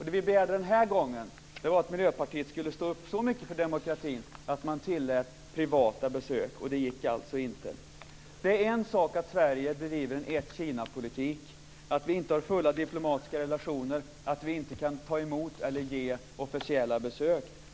Det vi begärde den här gången var att Miljöpartiet skulle stå upp så mycket för demokratin att man tillät privata besök, och det gick alltså inte. Det är en sak att Sverige bedriver en ett-Kinapolitik, att vi inte har fulla diplomatiska relationer och att vi inte kan ta emot eller åka på officiella besök.